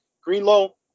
Greenlow